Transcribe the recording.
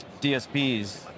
DSPs